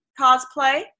cosplay